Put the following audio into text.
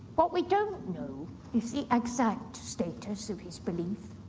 what we don't know is the exact status of his belief.